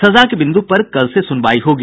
सजा के बिंदु पर कल से सुनवाई होगी